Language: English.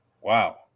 Wow